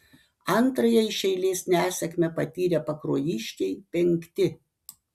antrąją iš eilės nesėkmę patyrę pakruojiškiai penkti